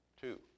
Two